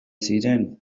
ziren